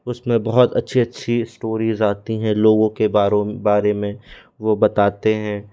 उस में बहुत अच्छी अच्छी स्टोरीज़ आती हैं लोगों के बारों बारे में वो बताते हैं